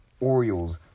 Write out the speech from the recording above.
Orioles